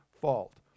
fault